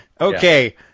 Okay